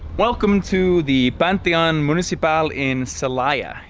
welcome to the pantheon municipal in celaya.